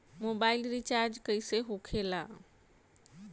Mobile recharge कैसे होखे ला?